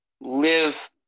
Live